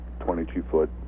22-foot